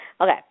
okay